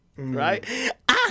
Right